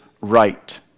right